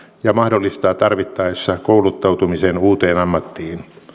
ja mahdollistaa tarvittaessa kouluttautumisen uuteen ammattiin